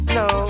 no